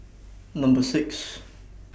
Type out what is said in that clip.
Number six